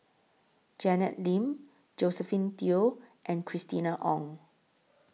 Janet Lim Josephine Teo and Christina Ong